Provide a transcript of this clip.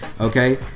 Okay